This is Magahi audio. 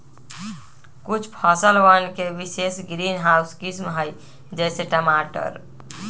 कुछ फसलवन के विशेष ग्रीनहाउस किस्म हई, जैसे टमाटर